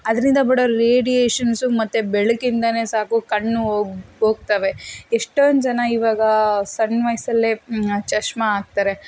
ಅದರಿಂದ ಬಿಡೋ ರೇಡಿಯೇಷನ್ಸು ಮತ್ತು ಬೆಳಕಿಂದನೆ ಸಾಕು ಕಣ್ಣು ಹೋಗ್ತವೆ ಎಷ್ಟೊಂದು ಜನ ಇವಾಗ ಸಣ್ಣ ವಯಸ್ಸಲ್ಲೇ ಚಶ್ಮ ಹಾಕ್ತರೆ